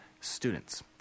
students